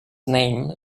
name